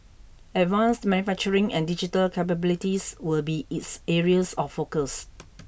advanced manufacturing and digital capabilities will be its areas of focus